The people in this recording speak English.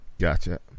Gotcha